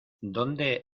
dónde